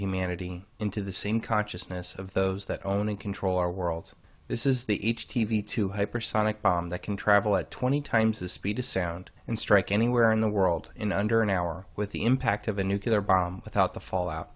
humanity into the same consciousness of those that own and control our world this is the h t v two hypersonic bomb that can travel at twenty times the speed of sound and strike anywhere in the world in under an hour with the impact of a nuclear bomb without the fallout